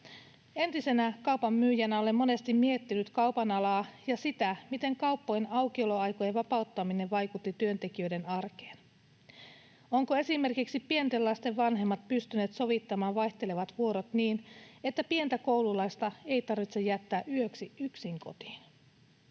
Entisenä kaupanmyyjänä olen monesti miettinyt kaupan alaa ja sitä, miten kauppojen aukioloaikojen vapauttaminen vaikutti työntekijöiden arkeen. Ovatko esimerkiksi pienten lasten vanhemmat pystyneet sovittamaan vaihtelevat vuorot niin, että pientä koululaista ei tarvitse jättää yöksi yksin kotiin?